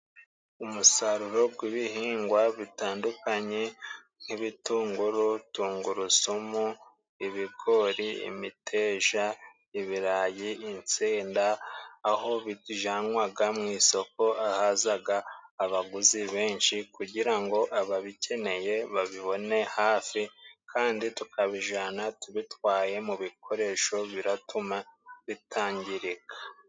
Umusaruro gw'ibihingwa bitandukanye nk'ibitunguru , tungurusumu , ibigori imiteja , ibirayi , insenda aho bijanwaga mu isoko ahazaga abaguzi benshi kugira ngo ababikeneye babibone hafi kandi tukabijana tubitwaye mu bikoresho biratuma bitangirika.